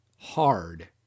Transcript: hard